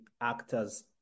actors